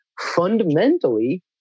fundamentally